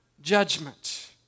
judgment